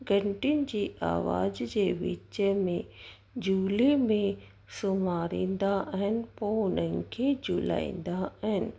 घंटियुनि जी आवाज जे विच में झूले में सुम्हारींदा आहिनि पोइ उन्हनि खे झुलाईंदा आहिनि